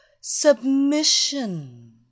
Submission